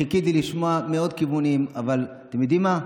חיכיתי לשמוע מעוד כיוונים, אבל אתם יודעים מה?